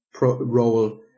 role